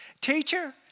Teacher